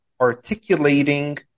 articulating